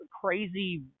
crazy